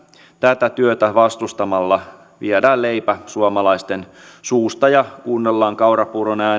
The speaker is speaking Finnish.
tätä työtä vastustamalla viedään leipä suomalaisten suusta ja kuunnellaan kaurapuuron